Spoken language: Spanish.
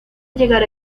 llegar